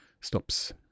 stops